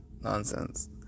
nonsense